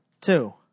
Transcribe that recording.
Two